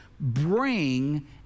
bring